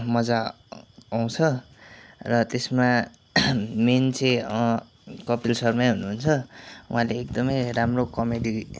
मज्जा आउँछ र त्यसमा मेन चाहिँ कपील शर्मै हुनुहुन्छ उहाँले एकदमै राम्रो कमेडी